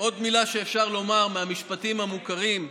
עוד מילה שאפשר לומר מהמשפטים המוכרים.